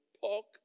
pork